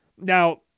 Now